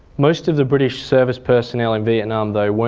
most of the british service personnel in vietnam, though,